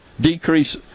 decrease